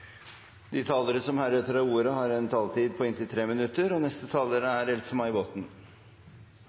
De talere som heretter får ordet, har en taletid på inntil 3 minutter.